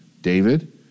David